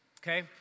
okay